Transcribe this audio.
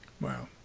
Wow